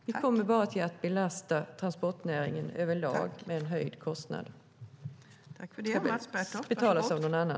Vi kommer bara att belasta transportnäringen överlag med en höjd kostnad som får betalas av någon annan.